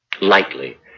Lightly